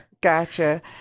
Gotcha